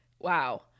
Wow